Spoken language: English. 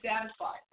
satisfied